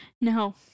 No